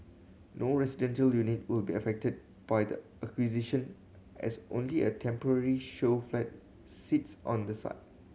no residential unit will be affected by the acquisition as only a temporary show flat sits on the site